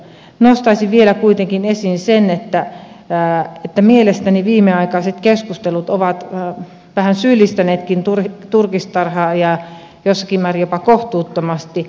nostaisin vielä kuitenkin esiin sen että mielestäni viimeaikaiset keskustelut ovat vähän syyllistäneetkin turkistarhaajia jossakin määrin jopa kohtuuttomasti